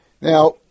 Now